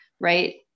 right